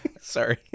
sorry